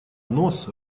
нос